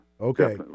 Okay